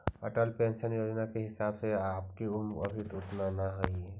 Atal pension योजना के हिसाब से आपकी उम्र अभी उतना न हई